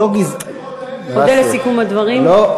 אודה על סיכום הדברים.